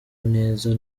neza